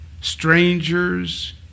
strangers